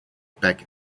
back